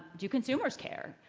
do consumers care?